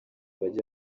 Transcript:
bajye